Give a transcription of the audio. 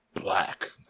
Black